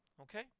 okay